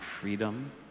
freedom